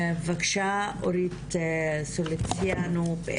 בבקשה אורית פאר